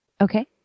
Okay